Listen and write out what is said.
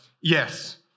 yes